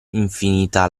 infinita